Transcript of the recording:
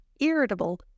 irritable